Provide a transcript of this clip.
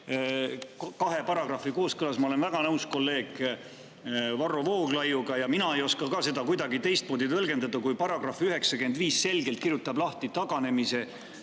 kahe paragrahvi kooskõlas. Ma olen väga nõus kolleeg Varro Vooglaiuga. Mina ka ei oska seda kuidagi teistmoodi tõlgendada, kui § 95 selgelt kirjutab lahti taganemise